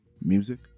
Music